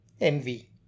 envy